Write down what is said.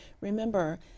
remember